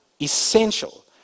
essential